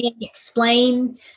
explain